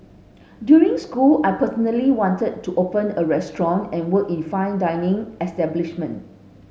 during school I personally wanted to open a restaurant and work in fine dining establishment